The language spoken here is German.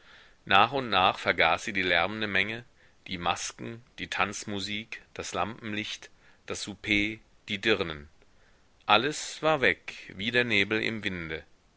nach und nach vergaß sie die lärmende menge die masken die tanzmusik das lampenlicht das souper die dirnen alles war weg wie der nebel im winde